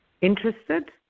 Interested